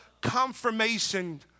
confirmation